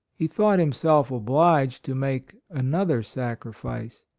he thought himself obliged to make another sacrifice,